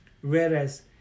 Whereas